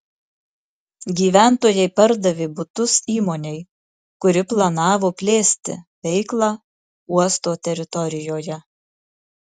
gyventojai pardavė butus įmonei kuri planavo plėsti veiklą uosto teritorijoje